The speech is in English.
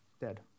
Dead